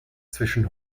zwischen